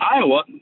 Iowa